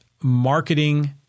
marketing